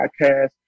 podcast